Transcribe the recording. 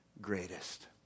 greatest